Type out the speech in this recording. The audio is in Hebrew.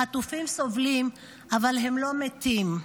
החטופים סובלים, אבל הם לא מתים".